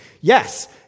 Yes